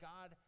God